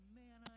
man